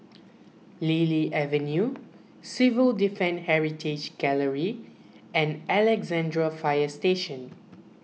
Lily Avenue Civil Defence Heritage Gallery and Alexandra Fire Station